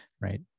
Right